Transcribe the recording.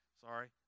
Sorry